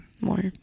more